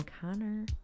Connor